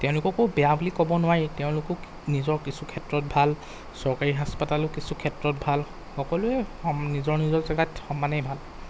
তেওঁলোককো বেয়া বুলি ক'ব নোৱাৰি তেওঁলোকো নিজৰ কিছু ক্ষেত্ৰত ভাল চৰকাৰী হাস্পাতালো কিছু ক্ষেত্ৰত ভাল সকলোৱে নিজৰ নিজৰ জেগাত সমানেই ভাল